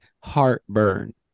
heartburn